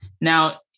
Now